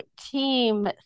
team